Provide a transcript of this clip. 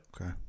Okay